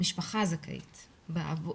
שהמשפחה זכאית לכל הגמלאות.